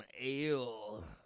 ale